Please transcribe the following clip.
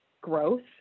growth